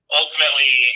ultimately